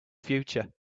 future